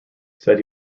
said